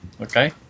Okay